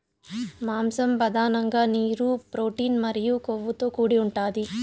మాంసం పధానంగా నీరు, ప్రోటీన్ మరియు కొవ్వుతో కూడి ఉంటాది